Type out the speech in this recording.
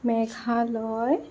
Meghalaya